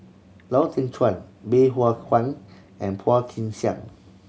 Lau Teng Chuan Bey Hua Heng and Phua Kin Siang